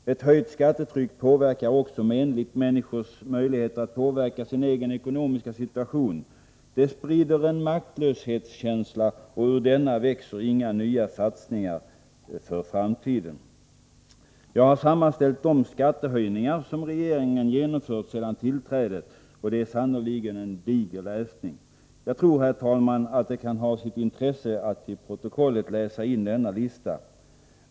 Ett höjt skattetryck påverkar också menligt människors möjligheter att påverka sin egen ekonomiska situation. Det sprider en maktlöshetskänsla, och ur denna växer inga nya satsningar för framtiden. Jag har sammanställt de skattehöjningar som regeringen genomfört sedan tillträdet, och det är sannerligen en diger lista. Jag tror, herr talman, att det kan ha sitt intresse att till protokollet läsa in denna lista.